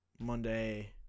Monday